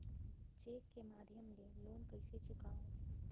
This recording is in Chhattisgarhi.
चेक के माध्यम ले लोन कइसे चुकांव?